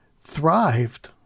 thrived